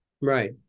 right